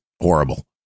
horrible